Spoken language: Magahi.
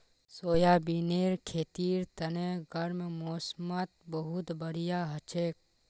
सोयाबीनेर खेतीर तने गर्म मौसमत बहुत बढ़िया हछेक